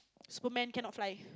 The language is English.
superman cannot fly